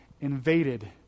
invaded